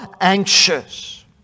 anxious